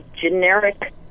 generic